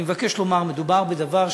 אני מבקש לומר שמדובר בדבר,